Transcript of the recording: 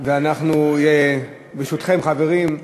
ברשותכם, חברים,